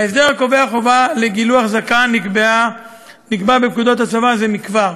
ההסדר הקובע חובה לגילוח זקן נקבע בפקודה בצבא זה מכבר,